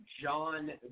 John